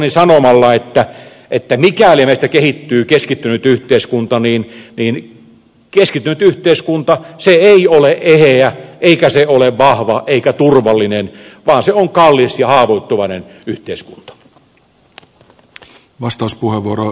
lopetan puheenvuoroni sanomalla että mikäli meistä kehittyy keskittynyt yhteiskunta se ei ole eheä eikä se ole vahva eikä turvallinen vaan se on kallis ja haavoittuvainen yhteiskunta